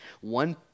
One